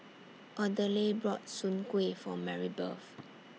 Odile bought Soon Kueh For Marybeth